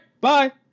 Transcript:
bye